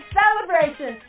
celebration